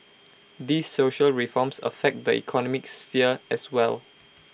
these social reforms affect the economic sphere as well